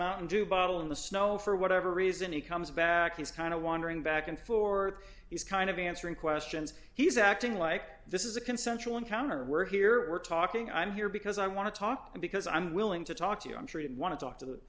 mountain dew bottle in the snow for whatever reason he comes back he's kind of wandering back and forth he's kind of answering questions he's acting like this is a consensual encounter we're here we're talking i'm here because i want to talk because i'm willing to talk to you i'm sure you want to talk to the